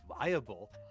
viable